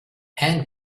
and